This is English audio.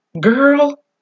Girl